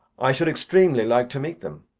i should extremely like to meet them.